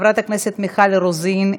חברת הכנסת מיכל רוזין,